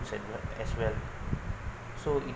as as well so it